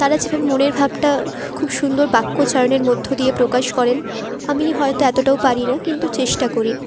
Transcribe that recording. তারা যেভাবে মনের ভাবটা খুব সুন্দর বাক্য চয়নের মধ্য দিয়ে প্রকাশ করেন আমি হয়তো এতটাও পারি না কিন্তু চেষ্টা করি